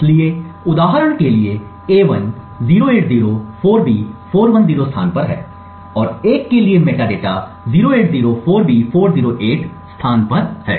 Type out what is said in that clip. इसलिए उदाहरण के लिए a1 0804B410 स्थान पर है और 1 के लिए मेटाडेटा 0804B408 स्थान पर है